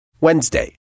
Wednesday